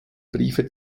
briefe